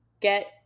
get